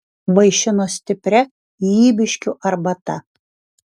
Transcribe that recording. vaišino stipria ybiškių arbata